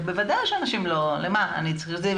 בוודאי שאנשים לא למה אני צריך את זה?